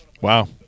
Wow